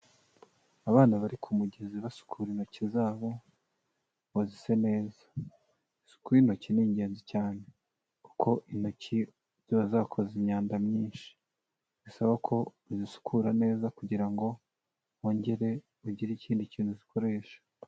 Abana bari ku mugezi basukura intoki zabo, ngo zise neza, isuku y'intoki ni ingenzi cyane, kuko intoki ziba zakoze imyanda myinshi, bisaba ko uzisukura neza, kugira ngo wongere ugire ikindi kintu uzikoresha.